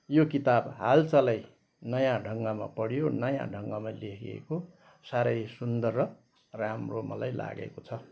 यो किताब हालचालै नयाँ ढङ्गमा पढियो नयाँ ढङ्गमा लेखिएको साह्रै सुन्दर र राम्रो मलाई लागेको छ